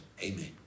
Amen